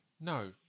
No